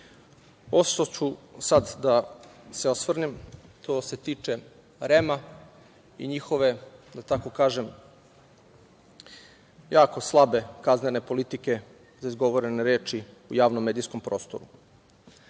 ću sad da se osvrnem, to se tiče REM-a i njihove, da tako kažem, jako slabe kaznene politike za izgovorene reči u javnom medijskom prostoru.